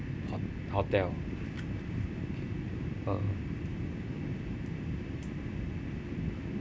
hot~ hotel uh